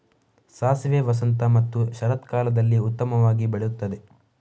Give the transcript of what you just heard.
ಸಾಸಿವೆ ವಸಂತ ಮತ್ತು ಶರತ್ಕಾಲದಲ್ಲಿ ಉತ್ತಮವಾಗಿ ಬೆಳೆಯುತ್ತದೆ